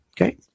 okay